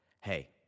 Hey